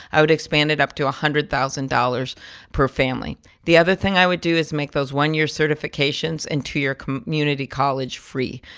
i would expand it up to one hundred thousand dollars per family the other thing i would do is make those one-year certifications into your community college free.